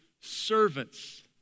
servants